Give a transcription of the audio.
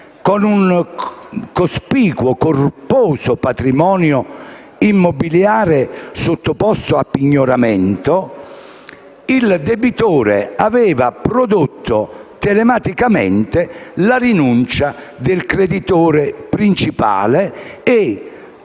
con un corposo patrimonio sottoposto a pignoramento, il debitore aveva prodotto telematicamente la rinuncia del creditore principale e